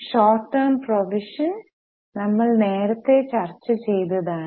short term provision നമ്മൾ നേരത്തെ ചർച്ച ചെയ്തതാണ്